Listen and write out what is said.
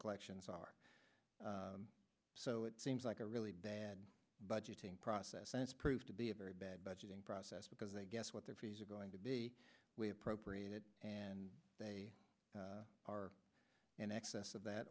collections are so it seems like a really bad budgeting process since proved to be a very bad budgeting process because they guess what their fees are going to be appropriated and they are in excess of that